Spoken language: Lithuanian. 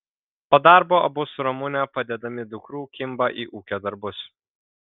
po darbo abu su ramune padedami dukrų kimba į ūkio darbus